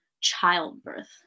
childbirth